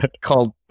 called